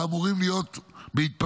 שאמורים להיות בהתפתחות,